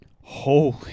Holy